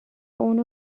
اونو